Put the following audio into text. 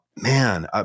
man